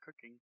cooking